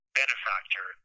benefactor